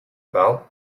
about